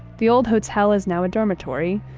the old hotel is now a dormitory.